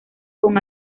con